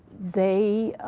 they,